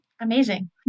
Amazing